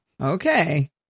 Okay